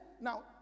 now